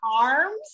arms